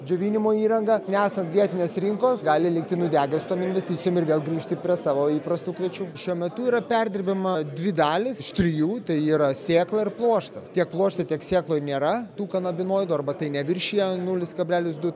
džiovinimo įrangą nesant vietinės rinkos gali likti nudegęs tom investicijom ir vėl grįžti prie savo įprastų kviečių šiuo metu yra perdirbama dvi dalys iš trijų tai yra sėkla ir pluoštas tiek pluošte tiek sėkloj nėra tų kanabinoidų arba tai neviršija nulis kablelis du